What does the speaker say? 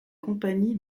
compagnie